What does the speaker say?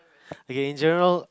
again Jerald